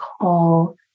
call